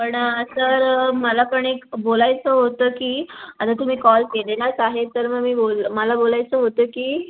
पण सर मला पण एक बोलायचं होतं की आता तुम्ही कॉल केलेलाच आहे तर मग मी बोल मला बोलायचं होतं की